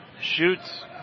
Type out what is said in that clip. shoots